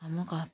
ꯑꯃꯨꯛꯀ